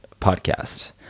podcast